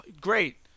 great